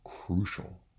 crucial